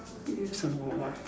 eh someone what